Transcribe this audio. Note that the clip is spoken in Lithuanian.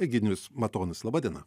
egidijus matonis laba diena